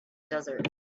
desert